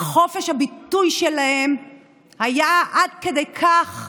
חופש הביטוי שלהם היה עד כדי כך,